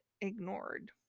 ignored